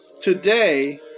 today